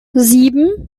sieben